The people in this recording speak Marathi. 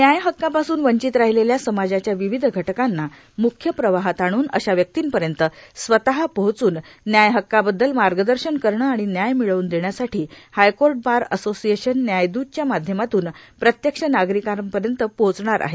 न्याय हक्कापासून वंचित राहिलेल्या समाजाच्या विविध घटकांना मुख्य प्रवाहात आणून अशा व्यक्तींपर्यत स्वत पोहचून न्याय हक्काबद्दल मार्गदर्शन करणे आणि न्याय मिळवून देण्यासाठी हायकोर्ट बार असोशिएशन न्यायदूतच्या माध्यमातून प्रत्यक्ष नागरिकांपर्यंत पोहचणार आहेत